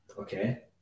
okay